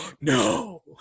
no